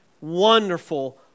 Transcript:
wonderful